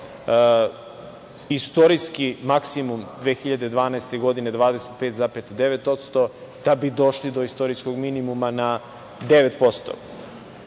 istorijski maksimum 2012. godine 25,9%, da bi došli do istorijskog minimuma na